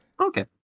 Okay